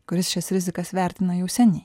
kuris šias rizikas vertina jau seniai